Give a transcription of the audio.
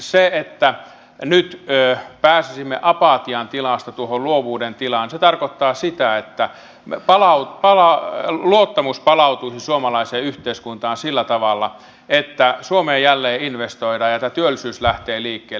se että nyt pääsisimme apatian tilasta tuohon luovuuden tilaan tarkoittaa sitä että luottamus palautuisi suomalaiseen yhteiskuntaan sillä tavalla että suomeen jälleen investoidaan ja tämä työllisyys lähtee liikkeelle